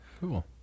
Cool